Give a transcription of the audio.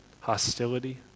hostility